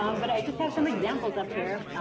um but i just have some examples up here,